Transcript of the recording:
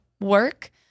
work